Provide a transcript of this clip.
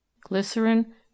glycerin